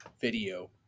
video